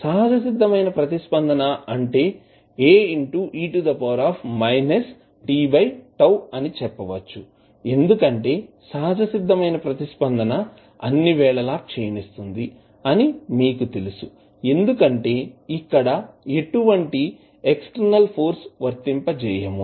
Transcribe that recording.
సహజసిద్ధమైన ప్రతిస్పందన అంటే Ae t అని చెప్పవచ్చు ఎందుకంటే సహజసిద్ధమైన ప్రతిస్పందన అన్ని వేళలా క్షీణిస్తుంది అని మీకు తెలుసు ఎందుకంటే ఇక్కడ ఎటువంటి ఎక్స్టర్నల్ ఫోర్స్ వర్తింపజేయము